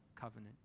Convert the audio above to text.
Covenant